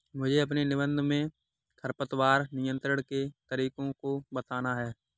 मुझे अपने निबंध में खरपतवार नियंत्रण के तरीकों को बताना है